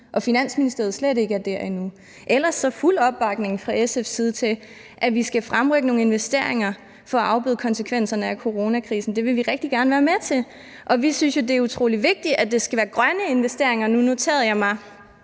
og Finansministeriet slet ikke er der endnu. Men ellers er der fuld opbakning fra SF's side til, at vi skal fremrykke nogle investeringer for at afbøde konsekvenserne af coronakrisen. Det vil vi rigtig gerne være med til, og vi synes jo, det er utrolig vigtigt, at det skal være grønne investeringer, og nu noterede jeg mig